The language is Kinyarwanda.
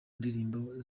ndirimbo